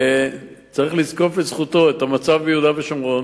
צריך לזקוף לזכותו את המצב ביהודה ושומרון,